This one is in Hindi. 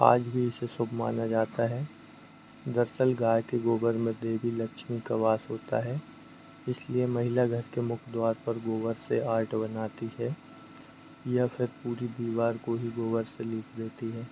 आज भी इसे सुभ माना जाता है दरअसल गाय के गोबर में देवी लक्ष्मी का वास होता है इसलिए महिला घर के मुख्य द्वार पर गोबर से आर्ट बनाती है या फिर पूरी दीवार को ही गोबर से लीप देती है